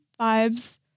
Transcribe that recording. vibes